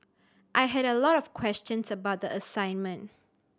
I had a lot of questions about the assignment